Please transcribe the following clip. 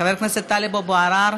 חבר הכנסת טלב אבו עראר,